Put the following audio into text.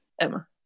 Emma